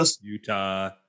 Utah